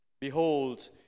Behold